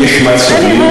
זה נראה לך?